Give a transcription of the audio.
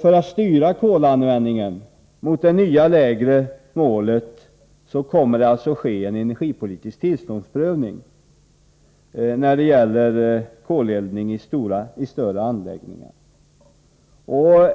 För att styra kolanvändningen mot det nya, lägre målet kommer det att ske en energipolitisk tillståndsprövning av kolanvändningen i större anläggningar.